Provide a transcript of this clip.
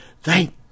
thank